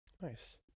Nice